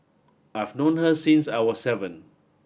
I've known her since I was seven